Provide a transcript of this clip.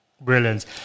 Brilliant